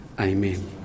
Amen